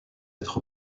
être